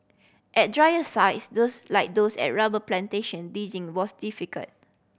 at drier sites those like those at rubber plantation digging was difficult